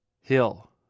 Hill